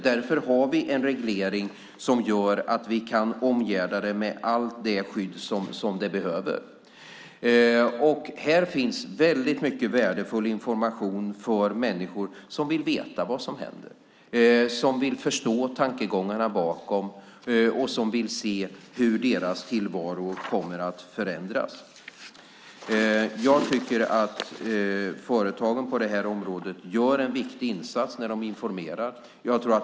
Därför har vi en reglering som gör att vi kan omgärda det med allt det skydd som det behöver. Här finns väldigt mycket värdefull information för människor som vill veta vad som händer, förstå tankegångarna bakom och se hur deras tillvaro kommer att förändras. Företagen på området gör en viktig insats när de informerar.